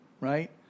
right